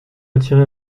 attirer